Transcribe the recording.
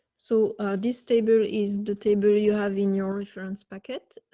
so this table is the table, you have in your reference packet